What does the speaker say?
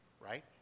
Right